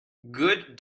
good